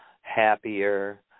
happier